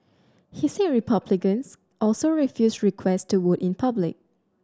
he said Republicans also refused requests to vote in public